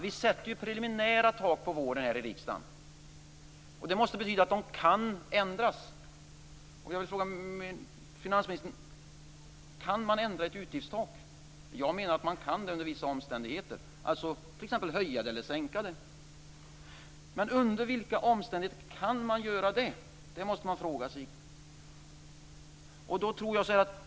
Vi sätter ju preliminära tak på våren här i riksdagen, och det måste betyda att de kan ändras. Jag vill fråga finansministern: Kan man ändra ett utgiftstak? Jag menar att man kan det under vissa omständigheter, t.ex. höja det eller sänka det. Under vilka omständigheter kan man göra det? Det måste man fråga sig.